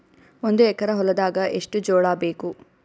ಒಂದು ಎಕರ ಹೊಲದಾಗ ಎಷ್ಟು ಜೋಳಾಬೇಕು?